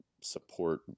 support